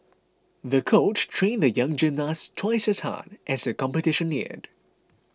the coach trained the young gymnast twice as hard as the competition neared